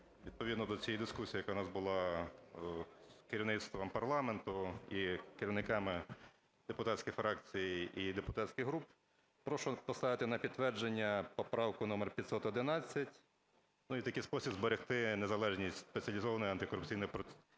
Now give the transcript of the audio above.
Відповідно до цієї дискусії, яка у нас була з керівництвом парламенту і керівниками депутатських фракцій і депутатських груп, прошу поставити на підтвердження поправку номер 511, і в такий спосіб зберегти незалежність Спеціалізованої антикорупційної прокуратури.